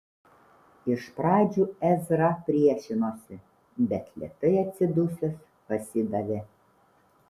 iš pradžių ezra priešinosi bet lėtai atsidusęs pasidavė